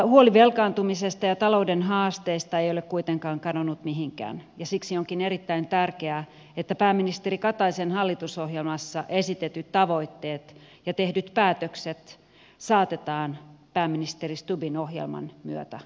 huoli velkaantumisesta ja talouden haasteista ei ole kuitenkaan kadonnut mihinkään ja siksi onkin erittäin tärkeää että pääministeri kataisen hallitusohjelmassa esitetyt tavoitteet ja tehdyt päätökset saatetaan pääministeri stubbin ohjelman myötä loppuun